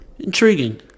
Intriguing